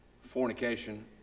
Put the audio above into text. fornication